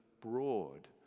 broad